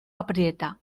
aprieta